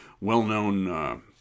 well-known